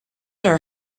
are